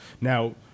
Now